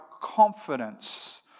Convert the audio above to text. confidence